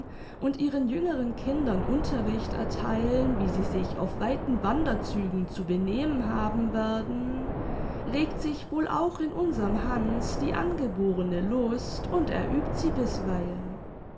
und ihren jüngeren kindern unterricht ertheilen wie sie sich auf weiten wander zügen zu benehmen haben werden regt sich wohl auch in unserm hanns die angeborene lust und er übt sie bisweilen